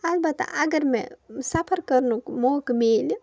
البتہ اگر مےٚ سفر کَرُنک موقعہٕ مِلہِ